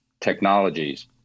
technologies